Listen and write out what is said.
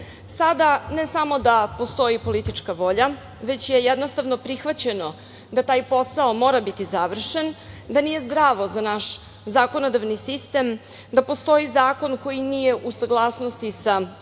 ne samo da postoji politička volja, već je jednostavno prihvaćeno da taj posao mora biti završen, da nije zdravo za naš zakonodavni sistem, da postoji zakon koji nije u saglasnosti sa